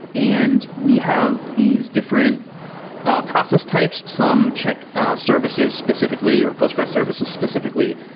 and we have these different ah process types. some check ah services specifically or postgres services specifically.